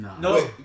No